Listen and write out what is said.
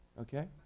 okay